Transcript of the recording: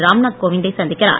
ராம்நாத் கோவிந்தை சந்திக்கிறார்